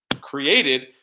created